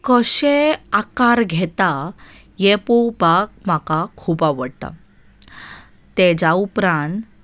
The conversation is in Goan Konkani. कशें आकार घेता हें पळोवपाक म्हाका खूब आवडटा ताच्या उपरांत